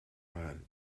man